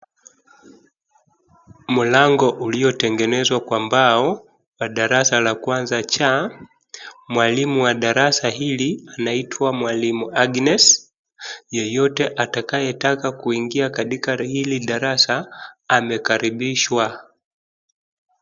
Mlango uliotegenezwa kwa mbao wa darasa la kwaza C. Mwalimu wa darasa hili anaitwa mwalimu Agnes. Yoyote atakayetaka kuingia katika hili darasa amekaribishwa.